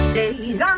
days